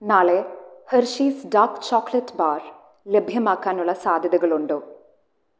നാളെ Hershey's dark chocolate bar ലഭ്യമാക്കാനുള്ള സാധ്യതകളുണ്ടോ